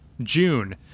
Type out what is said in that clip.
June